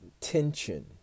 tension